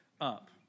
up